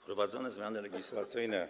Wprowadzone zmiany legislacyjne